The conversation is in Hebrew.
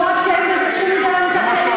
לא רק שאין בזה שום היגיון כלכלי,